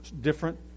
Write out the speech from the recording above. different